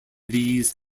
these